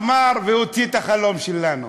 אמר והוציא את החלום שלנו.